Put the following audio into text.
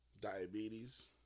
diabetes